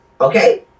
okay